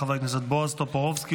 חבר הכנסת בועז טופורובסקי,